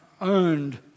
owned